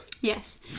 Yes